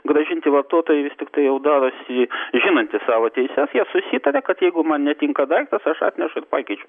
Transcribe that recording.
grąžinti vartotojui vis tiktai jau darosi žinantys savo teises jie susitaria kad jeigu man netinka daiktas aš atnešu ir pakeičiu